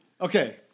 Okay